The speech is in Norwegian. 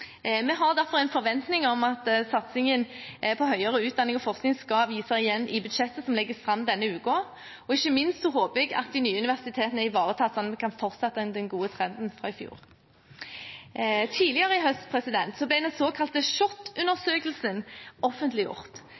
Vi har derfor en forventning om at satsingen på høyere utdanning og forskning skal vises igjen i budsjettet som legges fram denne uken. Ikke minst håper jeg at de nye universitetene er ivaretatt, slik at vi kan fortsette den gode trenden fra i fjor. Tidligere i høst ble den såkalte SHoT-undersøkelsen offentliggjort.